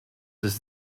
ist